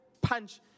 punch